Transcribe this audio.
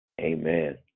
Amen